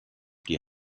die